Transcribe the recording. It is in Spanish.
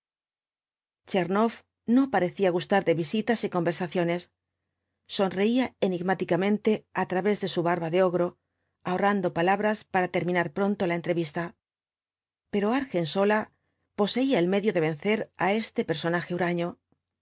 tchernoff no parecía gustar de visitas y conversaciones sonreía enigmáticamente á través de su barba de ogro ahorrando palabras para terminar pronto la entrevista pero argensola poseía el medio de vencer á este personaje huraño